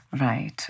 right